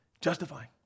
Justifying